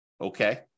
Okay